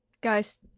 Guys